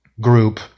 group